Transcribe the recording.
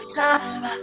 time